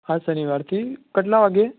આ શનિવારથી કેટલા વાગ્યે